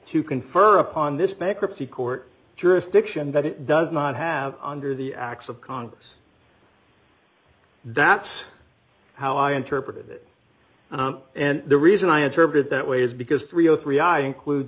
to confer upon this bankruptcy court jurisdiction that it does not have under the acts of congress that's how i interpret it and the reason i interpreted that way is because three o three i include